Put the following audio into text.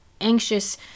anxious